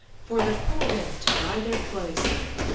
for the poor women to dry their clothes in.